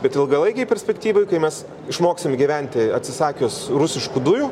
bet ilgalaikėj perspektyvoj kai mes išmoksim gyventi atsisakius rusiškų dujų